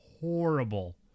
horrible